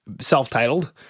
self-titled